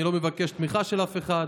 אני לא מבקש תמיכה של אף אחד.